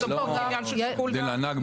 כי יש כאן גם עניין של שיקול דעת.